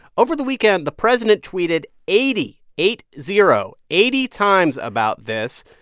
over the weekend, the president tweeted eighty eight, zero eighty times about this,